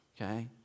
Okay